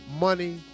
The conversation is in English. money